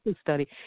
study